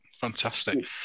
Fantastic